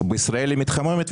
בישראל היא מתחממת.